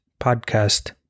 Podcast